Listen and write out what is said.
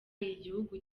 igihugu